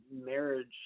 marriage